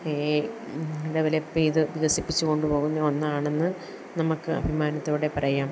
develop ചെയ്ത് വികസിപ്പിച്ചുകൊണ്ട് പോകുന്ന ഒന്നാണെന്ന് നമുക്ക് അഭിമാനത്തോടെ പറയാം